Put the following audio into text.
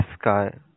Sky